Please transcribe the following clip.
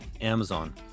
Amazon